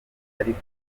ariko